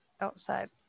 outside